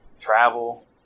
travel